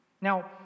Now